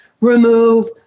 Remove